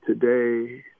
today